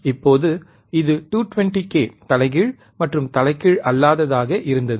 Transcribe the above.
இப்போது இது 220 k தலைகீழ் மற்றும் தலைகீழ் அல்லாததாக இருந்தது